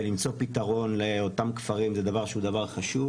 ולמצוא פתרון לאותם כפרים זה דבר חשוב.